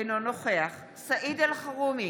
אינו נוכח סעיד אלחרומי,